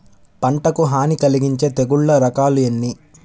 పంటకు హాని కలిగించే తెగుళ్ల రకాలు ఎన్ని?